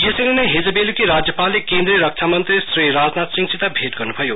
यसरी नै हिज बेल्की राज्यपालले केन्द्रीय रक्षा मन्त्री श्री राजनाथ सिहसित भैट गर्न्भयो